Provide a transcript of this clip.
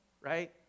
right